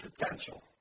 potential